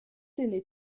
ainé